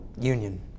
Union